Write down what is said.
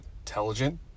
intelligent